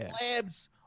labs